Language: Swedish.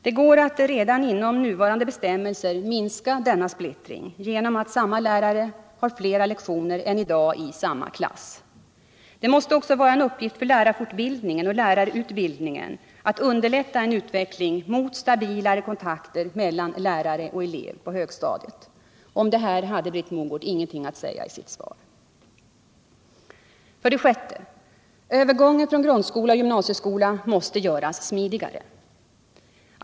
Det går att redan inom nuvarande bestämmelser minska denna splittring genom att samma lärare har flera lektioner än i dag i samma klass. Det måste också vara en uppgift för lärarfortbildningen och lärarutbildningen att underlätta en utveckling mot stabilare kontakter mellan lärare och 145 elev på högstadiet. Om detta hade Britt Mogård ingenting att säga i sitt svar. 6. Övergången från grundskola till gymnasieskola måste göras smidigare!